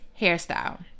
hairstyle